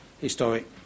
historic